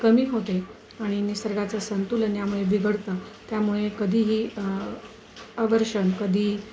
कमी होते आणि निसर्गाचं संतुलन यामुळे बिघडतं त्यामुळे कधीही अवर्षण कधी